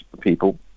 people